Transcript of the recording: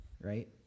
right